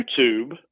YouTube